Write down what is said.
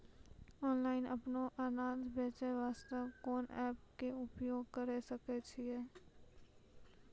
Online अपनो अनाज बेचे वास्ते कोंन एप्प के उपयोग करें सकय छियै?